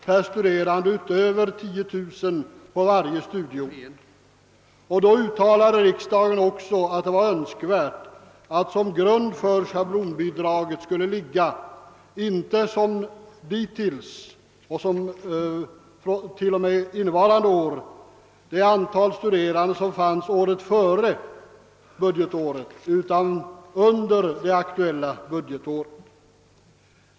per studerande utöver 10000 studerande på varje studieort. Riksdagen uttalade samtidigt att det var önskvärt att som grund för schablonbidraget skulle ligga inte som dittills — och som det är till och med utgången av innevarande år — det antal studerande som fanns året före budgetåret utan antalet studerande det aktuella budgetåret.